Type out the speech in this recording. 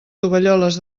tovalloles